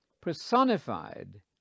personified